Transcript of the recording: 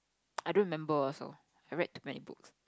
I don't remember also I read too many books